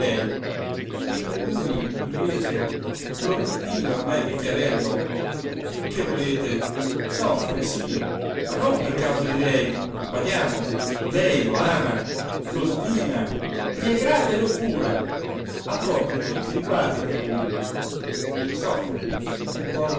mentre lui invece l'omettino ormai vecchierello che volete soffre sì ma non per causa di lei badiamo lei lo ama lo stima gli è grata e lo cura ha proprio tutti i riguardi per lui soffre il